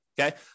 Okay